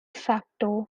facto